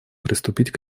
приступить